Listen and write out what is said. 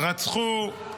-- רצחו,